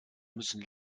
müssen